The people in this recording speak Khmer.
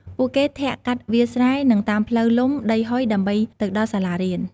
ពួកគេធាក់កាត់វាលស្រែនិងតាមផ្លូវលំដីហុយដើម្បីទៅដល់សាលារៀន។